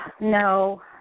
no